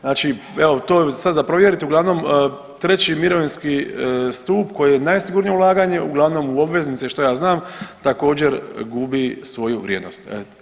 Znači evo to je sad za provjeriti, uglavnom treći mirovinski stup koji je najsigurnije ulaganje uglavnom u obveznice i šta ja znam, također gubi svoju vrijednost.